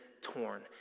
torn